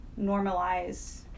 normalize